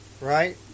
Right